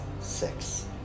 six